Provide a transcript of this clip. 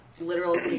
literal